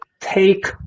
take